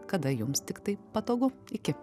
kada jums tiktai patogu iki